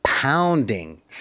pounding